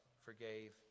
forgave